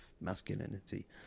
masculinity